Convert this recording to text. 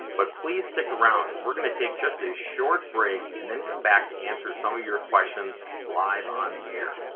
but please stick around we're going to take just a short break and then come back to answer some of your questions live on the air.